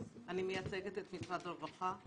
אני מייצגת את משרד הרווחה,